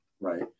right